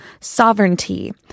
sovereignty